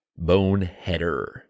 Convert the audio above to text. Boneheader